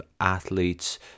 athletes